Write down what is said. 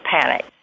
panic